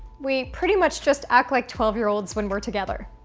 we pretty much just act like twelve year olds when we're together.